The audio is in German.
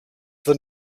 the